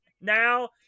now